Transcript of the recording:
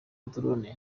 drone